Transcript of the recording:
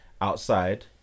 outside